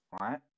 right